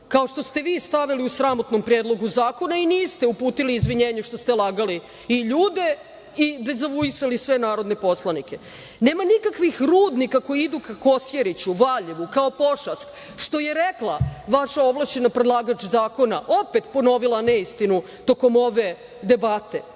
kao što ste vi stavili u sramotnom predlogu zakona i niste uputili izvinjenje što ste lagali i ljude i devazuisali sve narodne poslanike. Nema nikakvih rudnika koji idu ka Kosjeriću, Valjevu, kao pošast, što je rekla vaša ovlašćena predlagač zakona i opet ponovila neistinu tokom ove debate.